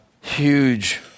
huge